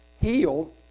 healed